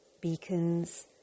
beacons